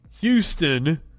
Houston